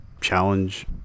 challenge